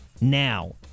Now